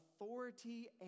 authority